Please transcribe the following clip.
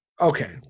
Okay